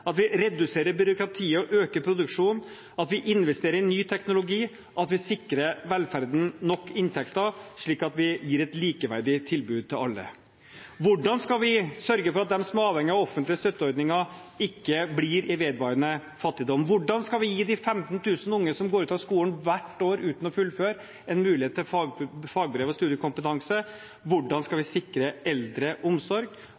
at vi reduserer byråkratiet og øker produksjonen, at vi investerer i ny teknologi, at vi sikrer velferden nok inntekter, slik at vi gir et likeverdig tilbud til alle? Hvordan skal vi sørge for at de som er avhengige av offentlige støtteordninger, ikke blir i vedvarende fattigdom? Hvordan skal vi gi de 15 000 unge som går ut av skolen hvert år uten å fullføre, en mulighet til fagbrev og studiekompetanse? Hvordan skal vi sikre eldre omsorg?